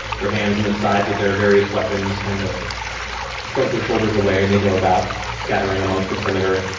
their hands on the sides of their various weapons, kind of shrug their shoulders away and they go about, scattering amongst the perimeter,